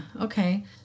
okay